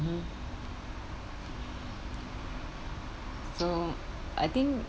mmhmm so i think